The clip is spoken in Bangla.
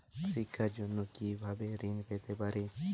শিক্ষার জন্য কি ভাবে ঋণ পেতে পারি?